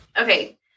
okay